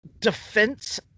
defense